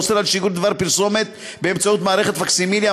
האוסר שיגור דבר פרסומת באמצעות מערכת פקסימיליה,